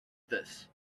this